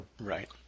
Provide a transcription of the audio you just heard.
Right